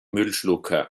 müllschlucker